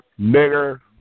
Nigger